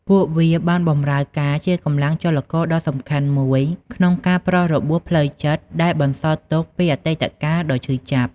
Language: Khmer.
ពួកវាបានបម្រើការជាកម្លាំងចលករដ៏សំខាន់មួយ ក្នុងការប្រោសរបួសផ្លូវចិត្តដែលបន្សល់ទុកពីអតីតកាលដ៏ឈឺចាប់។